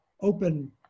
open